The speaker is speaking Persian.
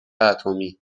اتمی